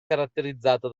caratterizzata